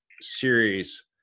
series